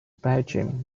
belgium